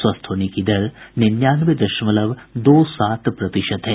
स्वस्थ होने की दर निन्यानवे दशमलव दो सात प्रतिशत है